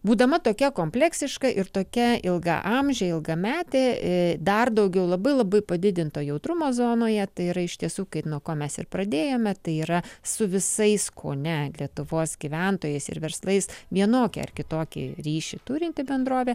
būdama tokia kompleksiška ir tokia ilgaamžė ilgametė i dar daugiau labai labai padidinto jautrumo zonoje tai yra iš tiesų kaip nuo ko mes ir pradėjome tai yra su visais kone lietuvos gyventojais ir verslais vienokį ar kitokį ryšį turinti bendrovė